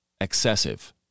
excessive